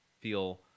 feel